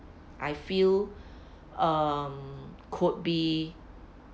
I feel um could be